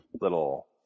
little